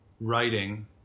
writing